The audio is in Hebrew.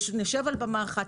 נשב על במה אחת,